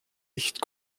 nicht